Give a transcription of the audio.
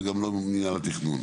וגם לא מינהל התכנון.